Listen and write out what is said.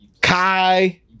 Kai